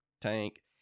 tank